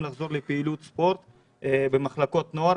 לחזור לפעילות ספורט במחלקות נוער.